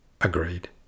Agreed